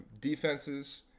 Defenses